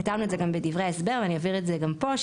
כתבנו את זה גם בדברי ההסבר ואני אבהיר את זה גם פה,